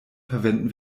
verwenden